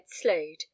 slade